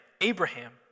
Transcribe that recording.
Abraham